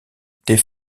des